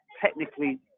technically –